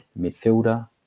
midfielder